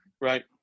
right